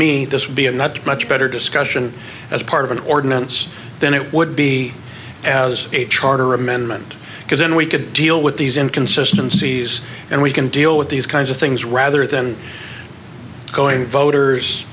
me this would be a much much better discussion as part of an ordinance than it would be as a charter amendment because in we could deal with these in consistencies and we can deal with these kinds of things rather than going voters